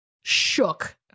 shook